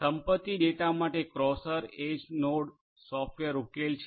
સંપત્તિ ડેટા માટે Crosser edge node software ઉકેલ છે